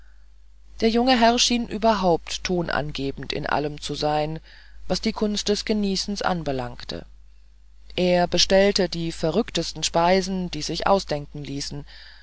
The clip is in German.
der junge herr schien überhaupt tonangebend in allem zu sein was die kunst des genießens anbelangte er bestellte die verrücktesten speisen die sich ausdenken ließen